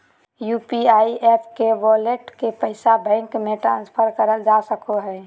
UPI app के wallet के पैसा बैंक मे ट्रांसफर करल जा सको हय